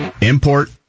Import